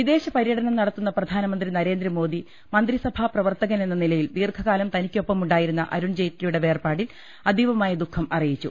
വിദേശപര്യടനം നടത്തുന്ന പ്രധാനമന്ത്രി നരേന്ദ്രമോദി മന്ത്രിസഭാ പ്രവർത്തകൻ എന്ന നിലയിൽ ദീർഘകാലം തനി ക്കൊപ്പമുണ്ടായിരുന്ന അരുൺ ജെയ്റ്റ്ലിയുടെ വേർപാടിൽ അതീവമായ ദുഃഖം അറിയിച്ചു